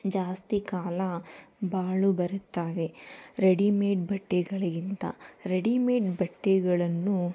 ಜಾಸ್ತಿ ಕಾಲ ಬಾಳು ಬರುತ್ತವೆ ರೆಡಿಮೇಡ್ ಬಟ್ಟೆಗಳಿಗಿಂತ ರೆಡಿಮೇಡ್ ಬಟ್ಟೆಗಳನ್ನು